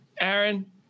Aaron